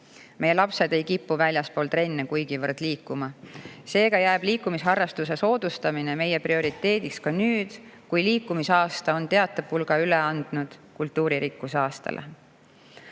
Meie lapsed ei kipu väljaspool trenne kuigivõrd liikuma. Seega jääb liikumisharrastuse soodustamine meie prioriteediks ka nüüd, kui liikumisaasta on teatepulga üle andnud kultuuririkkuse